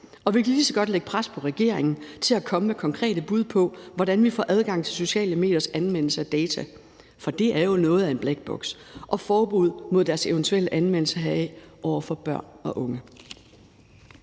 Vi kan lige så godt lægge pres på regeringen for at komme med konkrete bud på, hvordan vi får adgang til sociale mediers anvendelse af data, for det er jo noget af en black box, og får lavet forbud mod deres eventuelle anvendelse heraf over for børn og unge.